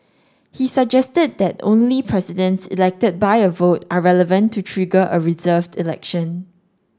he suggested that only Presidents elected by a vote are relevant to trigger a reserved election